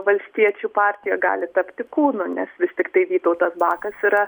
valstiečių partijoj gali tapti kūnu nes vis tiktai vytautas bakas yra